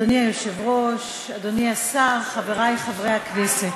אדוני היושב-ראש, אדוני השר, חברי חברי הכנסת,